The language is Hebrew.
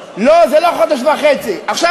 חודש וחצי, יונה.